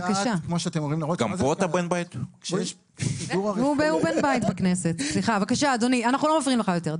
בבקשה אדוני, אנחנו לא מפריעים לך יותר.